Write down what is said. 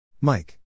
Mike